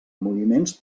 moviments